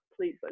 please